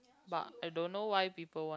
but I don't know why people want